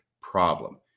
problem